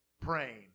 praying